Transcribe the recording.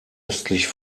östlich